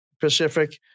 Pacific